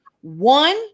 One